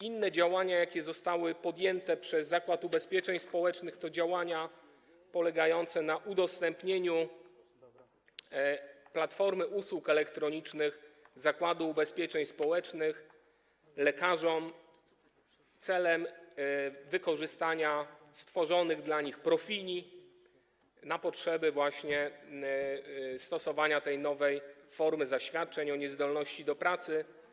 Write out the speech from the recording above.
Inne działania, jakie zostały podjęte przez Zakład Ubezpieczeń Społecznych, to działania polegające na udostępnieniu platformy usług elektronicznych Zakładu Ubezpieczeń Społecznych lekarzom celem wykorzystania stworzonych dla nich profili na potrzeby właśnie stosowania tej nowej formy zaświadczeń o niezdolności do pracy.